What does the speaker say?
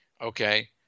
Okay